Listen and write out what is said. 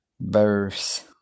verse